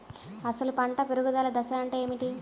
అసలు పంట పెరుగుదల దశ అంటే ఏమిటి?